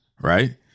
Right